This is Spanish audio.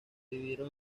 dividieron